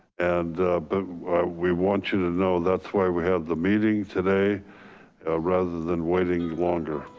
and we want you to know that's why we have the meetings today rather than waiting longer.